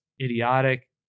idiotic